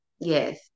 yes